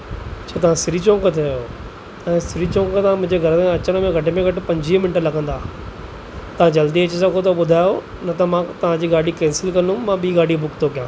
अच्छा तव्हां श्री चौंक ते आहियो ऐं श्री चौंक सां मुंहिंजे घर ताईं अचनि में घटि में घटि पंजवीह मिंट लॻंदा तव्हां जल्दी अची सघो त ॿुधायो न त मां तव्हांजी गाॾी कैंसिल कंदुमि मां ॿी गाॾी बुक थो कयां